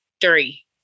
three